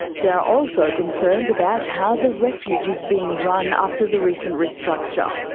there are also concerns about how the refuge is being run after the recent restructure.